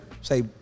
Say